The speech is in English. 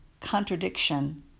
contradiction